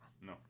No